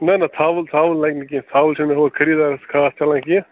نہ نہ ژھاوُل ژھاوُل لَگہِ نہ کیٚنہہ ژھاوُل چھُنہہ مےٚ ہورٕ خٔریٖدارَس خاص چَلان کیٚنہہ